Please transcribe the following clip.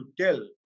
tell